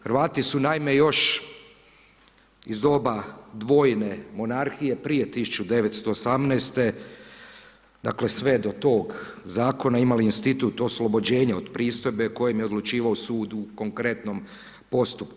Hrvati su naime još iz doba dvojne monarhije prije 1918. dakle sve do tog zakona imali institut oslobođenja od pristojbe kojim je odlučivao sud u konkretnom postupku.